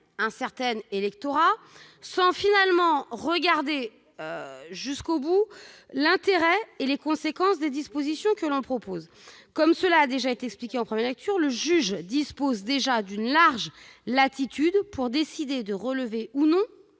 un certain électorat, sans prendre en considération jusqu'au bout l'intérêt et les conséquences des mesures que l'on propose. Comme cela a été expliqué en première lecture, le juge dispose déjà d'une large latitude pour décider de relever ou non